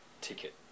ticket